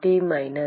T minus